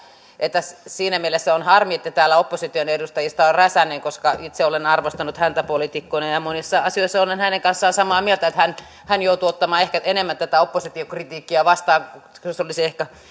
että on harmi että täällä opposition edustajista on räsänen koska itse olen arvostanut häntä poliitikkona ja ja monissa asioissa olen olen hänen kanssaan samaa mieltä ja hän joutuu ottamaan ehkä enemmän tätä oppositiokritiikkiä vastaan kun se olisi ehkä